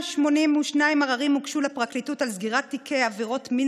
182 עררים הוגשו לפרקליטות על סגירת תיקי עבירות מין